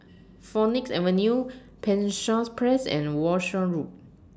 Phoenix Avenue Penshurst Place and Walshe Road